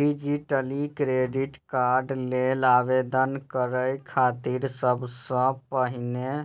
digitally credit card लेल आवेदन करै खातिर सबसं पहिने